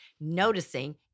noticing